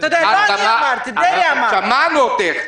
שמענו אותך.